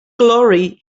glory